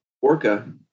orca